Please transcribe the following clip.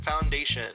Foundation